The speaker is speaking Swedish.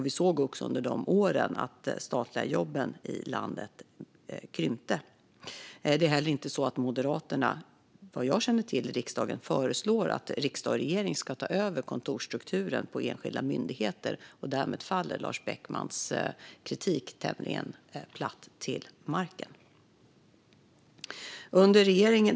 Vi såg också under de åren att antalet statliga jobb i landet krympte. Det är inte heller så att Moderaterna, vad jag känner till, i riksdagen föreslår att riksdag och regering ska ta över kontorsstrukturen på enskilda myndigheter. Därmed faller Lars Beckmans kritik tämligen platt till marken.